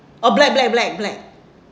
oh black black black black